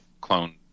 clone